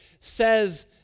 says